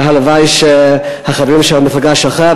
והלוואי שהחברים של המפלגה שלך,